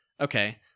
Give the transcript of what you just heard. Okay